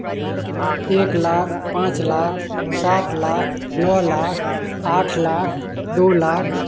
एक लाख पाँच लाख सात लाख नौ लाख आठ लाख दो लाख